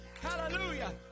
Hallelujah